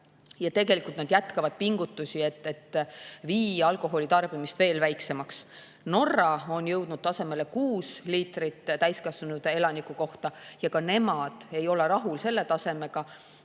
Ja tegelikult nad jätkavad pingutusi, et alkoholi tarbimine veel väheneks. Norra on jõudnud tasemele 6 liitrit [aastas] täiskasvanud elaniku kohta ja ka nemad ei ole selle tasemega